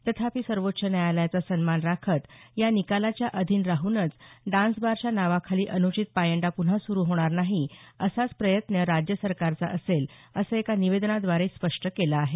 तथापि सर्वोच्च न्यायालयाचा सन्मान राखत या निकालाच्या अधीन राहूनच डान्सबारच्या नावाखाली अनुचित पायंडा पुन्हा सुरू होणार नाही असाच प्रयत्न राज्य सरकारचा असेल असं एका निवेदनाद्वारे त्यांनी स्पष्ट केलं आहे